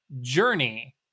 journey